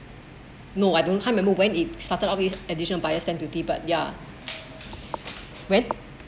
no I don't kind remember when it started off his additional buyer stamp duty but ya when